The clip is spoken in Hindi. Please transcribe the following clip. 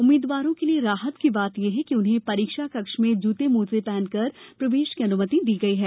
उम्मीदवारों के लिये राहत की बात यह है कि उन्हें परीक्षा कक्ष में जूते मोजे पहनकर प्रवेश की अनुमति दी गई हैं